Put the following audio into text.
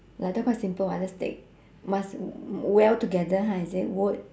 like that quite simple [what] just take must weld together ha is it wood